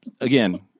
Again